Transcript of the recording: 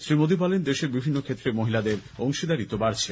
শ্রী মোদী বলেন দেশে বিভিন্ন ক্ষেত্রে মহিলাদের অংশীদারিত্ব বাড়ছে